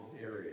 area